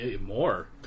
More